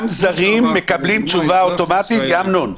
גם זרים מקבלים תשובה אוטומטית, אמנון?